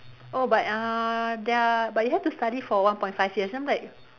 oh but uh there are but you have to study for one point five years then I'm like